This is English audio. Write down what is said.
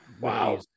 Wow